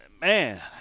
Man